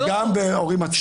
שהיא גם להורים עצמאיים.